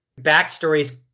backstories